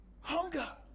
Hunger